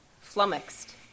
flummoxed